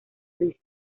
crisis